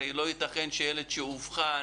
הרי לא ייתכן שילד שאובחן